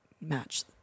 match